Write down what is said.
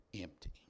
empty